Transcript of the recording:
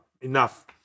enough